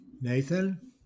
Nathan